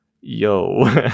yo